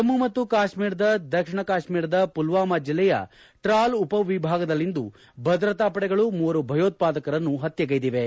ಜಮ್ನು ಮತ್ತು ಕಾತ್ನೀರದ ದಕ್ಷಿಣ ಕಾತ್ನೀರದ ಪುಲ್ವಾಮಾ ಜಿಲ್ಲೆಯ ಟ್ರಾಲ್ ಉಪ ವಿಭಾಗದಲ್ಲಿಂದು ಭದ್ರತಾ ಪಡೆಗಳು ಮೂವರು ಭಯೋತ್ವಾದಕರನ್ನು ಹತ್ಯೆಗೈದಿವೆ